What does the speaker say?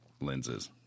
lenses